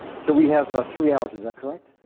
so we have three hours, is that correct?